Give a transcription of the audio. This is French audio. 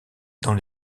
dans